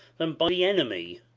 than by the enemy,